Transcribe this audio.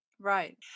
Right